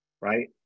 right